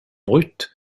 brute